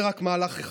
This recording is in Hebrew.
זה רק מהלך אחד.